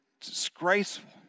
disgraceful